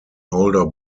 older